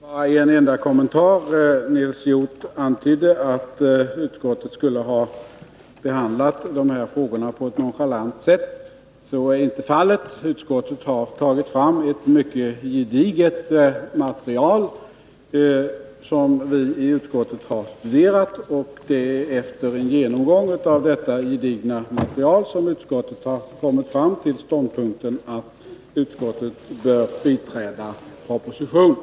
Fru talman! Bara en enda kommentar! Nils Hjorth antydde att utskottet skulle ha behandlat de här frågorna på ett nonchalant sätt. Så är inte fallet. Utskottet har tagit fram ett mycket gediget material, som vi i utskottet har studerat. Det är efter en genomgång av detta gedigna material som utskottet har kommit fram till ståndpunkten att utskottet bör biträda propositionen.